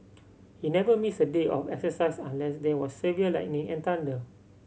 he never missed a day of exercise unless there was severe lightning and thunder